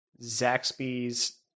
Zaxby's